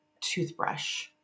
toothbrush